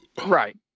Right